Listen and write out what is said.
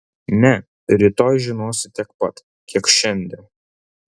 ne rytoj žinosi tiek pat kiek šiandien